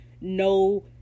no